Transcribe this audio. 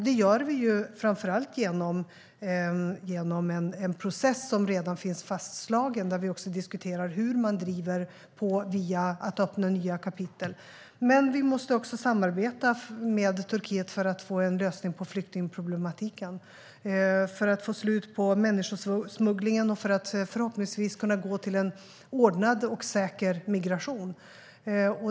Det gör vi framför allt genom en process som redan är fastslagen där vi diskuterar hur vi ska driva på för att öppna nya kapitel. Men vi måste också samarbeta med Turkiet för att få en lösning på flyktingproblematiken, för att få slut på människosmugglingen och för att förhoppningsvis kunna gå till en ordnad och säker migration.